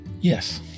Yes